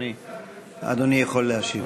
אדוני יכול להשיב.